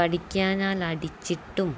പഠിക്കാഞ്ഞാൽ അടിച്ചിട്ടും